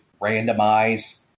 randomize